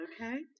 Okay